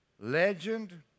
Legend